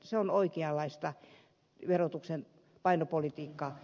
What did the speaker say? se on oikeanlaista verotuksen painopolitiikkaa